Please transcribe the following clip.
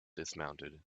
dismounted